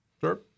Sure